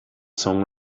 song